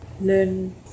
learn